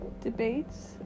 debates